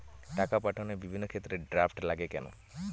টাকা পাঠানোর বিভিন্ন ক্ষেত্রে ড্রাফট লাগে কেন?